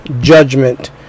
judgment